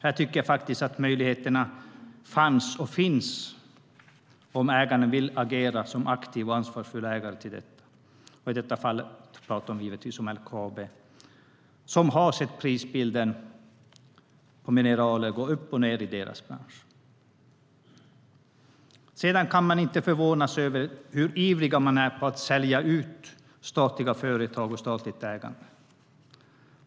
Jag tycker faktiskt att möjligheter fanns och finns, om ägaren vill agera som en aktiv och ansvarsfull ägare till i detta fall LKAB, som har sett prisbilden för mineraler gå upp och ned i sin bransch. Det går inte att låta bli att förvånas över hur ivrig man är på att sälja ut statliga företag och statligt ägande.